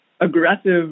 aggressive